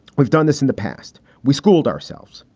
we've done this in the past. we schooled ourselves.